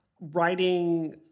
Writing